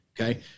Okay